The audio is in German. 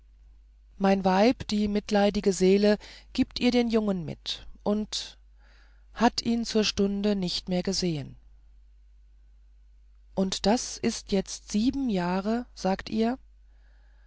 mein weib die mitleidige seele gibt ihr den jungen mit und hat ihn zur stunde nicht mehr gesehen und das ist jetzt sieben jahre sagt ihr